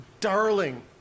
darling